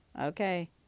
okay